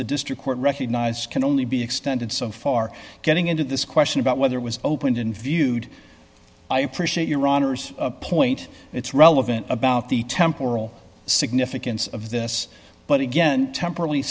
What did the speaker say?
the district court recognizes can only be extended so far getting into this question about whether it was opened in viewed i appreciate your honor's point it's relevant about the temporal significance of this but again tempora